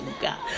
God